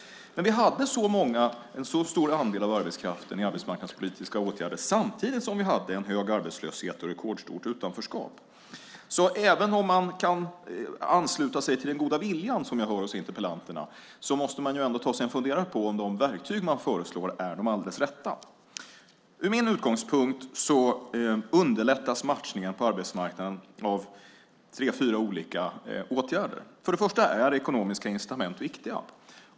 Men vi hade en så stor andel av arbetskraften i arbetsmarknadspolitiska åtgärder samtidigt som vi hade en hög arbetslöshet och ett rekordstort utanförskap. Även om man kan ansluta sig till den goda vilja som jag hör hos interpellanterna måste man ta sig en funderare på om de verktyg som föreslås är de alldeles rätta. Ur min utgångspunkt underlättas matchningen på arbetsmarknaden av tre fyra olika åtgärder. För det första är ekonomiska incitament viktiga.